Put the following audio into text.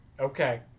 Okay